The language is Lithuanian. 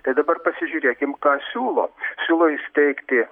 tai dabar pasižiūrėkim ką siūlo siūlo įsteigti